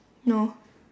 no